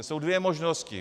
Jsou dvě možnosti.